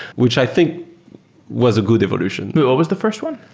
which i think was a good evolution what was the first one?